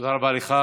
תודה רבה לך.